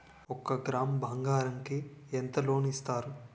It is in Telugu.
ఒక గ్రాము బంగారం కి ఎంత లోన్ ఇస్తారు?